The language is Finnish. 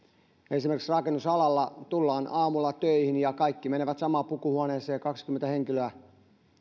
esimerkiksi rakennusalalla tullaan aamulla töihin ja kaikki menevät samaan pukuhuoneeseen kaksikymmentä henkilöä